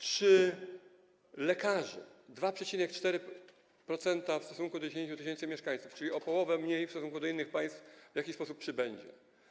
Czy lekarzy - 2,4% na 10 tys. mieszkańców, czyli o połowę mniej w stosunku do innych państw - w jakiś sposób przybędzie?